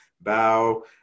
bow